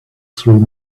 through